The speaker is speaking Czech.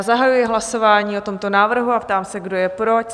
Zahajuji hlasování o tomto návrhu a ptám se, kdo je pro?